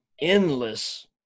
endless